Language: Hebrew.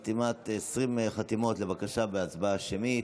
20 חתימות בבקשה להצבעה שמית.